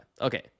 Okay